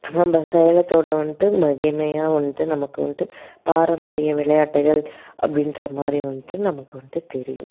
நம்ம சேலத்தோடய வந்துட்டு மகிமையாக வந்துட்டு நமக்கு வந்துட்டு பாரம்பரிய விளையாட்டுகள் அப்படின்ற மாதிரி வந்துட்டு நமக்கு வந்துட்டு தெரியும்